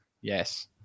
Yes